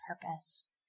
purpose